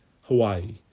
Hawaii